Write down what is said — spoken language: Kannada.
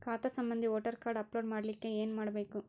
ಖಾತಾ ಸಂಬಂಧಿ ವೋಟರ ಕಾರ್ಡ್ ಅಪ್ಲೋಡ್ ಮಾಡಲಿಕ್ಕೆ ಏನ ಮಾಡಬೇಕು?